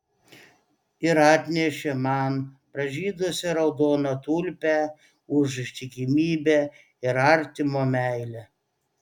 ir atnešė man pražydusią raudoną tulpę už ištikimybę ir artimo meilę